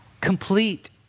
Complete